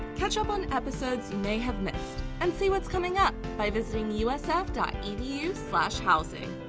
catch up on episodes you may have missed and see what's coming up by visiting usf edu housing.